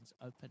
open